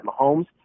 Mahomes